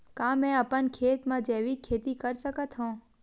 का मैं अपन खेत म जैविक खेती कर सकत हंव?